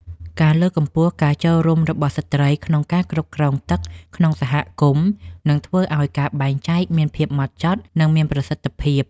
ការលើកកម្ពស់ការចូលរួមរបស់ស្ត្រីក្នុងការគ្រប់គ្រងទឹកក្នុងសហគមន៍នឹងធ្វើឱ្យការបែងចែកមានភាពហ្មត់ចត់ និងមានប្រសិទ្ធភាព។